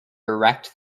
erect